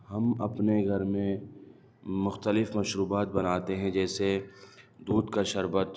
ہم اپنے گھر میں مختلف مشروبات بناتے ہیں جیسے دودھ کا شربت